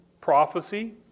prophecy